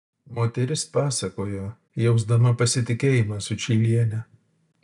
moteris pasakojo jausdama pasitikėjimą sučyliene